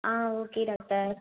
ah okay doctor